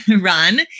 run